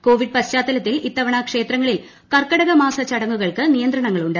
Covid പശ്ചാത്തലത്തിൽ ഇത്തവണ ക്ഷേത്രങ്ങളിൽ കർക്കടക മാസ ചടങ്ങുകൾക്ക് നിയന്ത്രണങ്ങളുണ്ട്